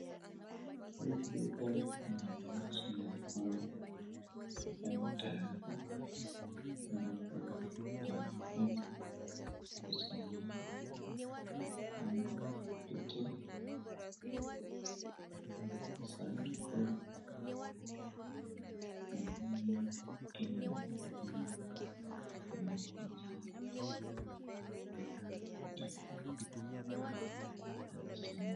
Huu picha inaonyesha ya kwamba hapa ni darasa ambapo wanafunzi husomea, naona ukuta kuna sanduku ambayo inasaidia wanafunzi kuweka vitabu vya kusoma.